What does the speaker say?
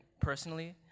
personally